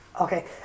Okay